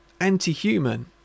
anti-human